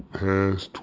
past